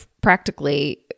practically